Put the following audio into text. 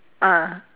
ah